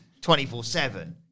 24-7